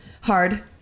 hard